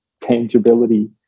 tangibility